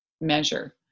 measure